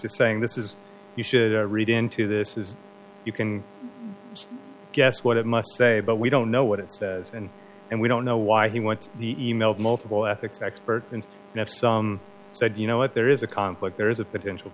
says saying this is you should read into this is you can guess what it must say but we don't know what it says and and we don't know why he went to the e mail multiple ethics expert and have some said you know if there is a conflict there is a potential